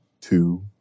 two